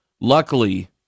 luckily